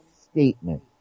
statement